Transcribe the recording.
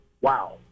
wow